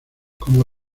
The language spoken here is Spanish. como